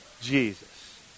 Jesus